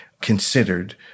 considered